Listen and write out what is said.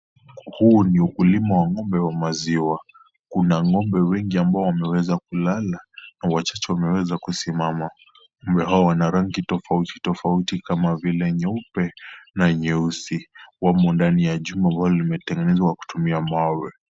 Huu ni ukulima wa ng'ombe wa maziwa. Kuna ng'ombe wengi ambao wameweza kulala na wachache wameweza kusimama. Ng'ombe hawa wana rangi tofauti tofauti kama vile, nyeupe na nyeusi. Wamo ndani ya jumba ambalo limetengenezwa kwa kutumia mawe.